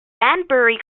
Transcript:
banbury